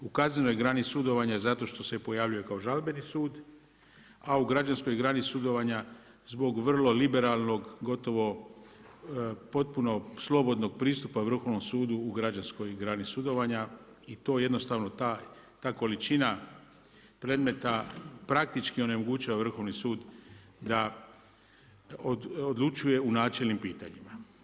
U kaznenoj grani sudovanja zato što se pojavljuje kao žalbeni sud a u građanskoj grani sudovanja zbog vrlo liberalnog, gotovo potpuno slobodnog pristupa Vrhovnom sudu u građanskoj grani sudovanja i to jednostavno ta količina predmeta praktički onemogućava Vrhovni sud da odlučuje u načelnim pitanjima.